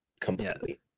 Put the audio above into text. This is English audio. completely